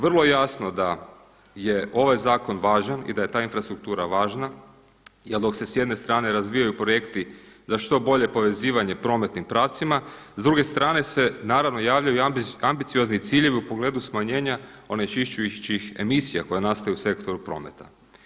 Vrlo je jasno da je ovaj zakon važan i da je ta infrastruktura važna, jer dok se s jedne strane razvijaju projekti za što bolje povezivanje prometnim pravcima s druge strane se naravno javljaju i ambiciozni ciljevi u pogledu smanjenje onečišćujućih emisija koja nastaju u Sektoru prometa.